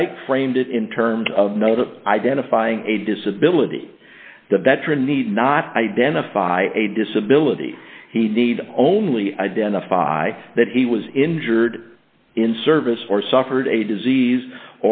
dyke framed it in terms of know the identifying a disability the veteran need not identify a disability he need only identify that he was injured in service or suffered a disease